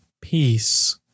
peace